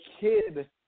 kid